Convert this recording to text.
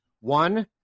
one